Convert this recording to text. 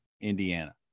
Indiana